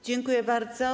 Dziękuję bardzo.